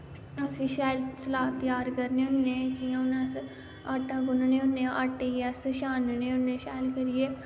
अस शैल सलाद त्यार करने होन्ने जियां हुन अस आटा गुन्नने होन्ने आटे गी अस शानने होन्ने शैल करियै